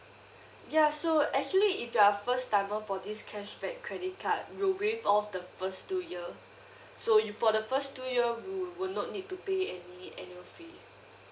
ya so actually if you're first timer put this cashback credit card we'll waive off the first two year so you for the first two year you would not need to pay any annual fee